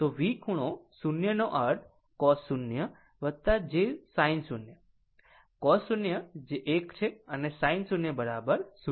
તો V ખૂણો 0 નો અર્થ cos 0 j sin 0 cos 0 જે 1 છે અને sin 0 0